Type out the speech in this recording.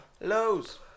Lows